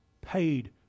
paid